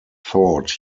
thought